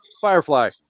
Firefly